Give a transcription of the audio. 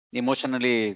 emotionally